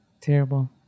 Terrible